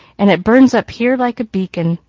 and it burns up here like a beacon.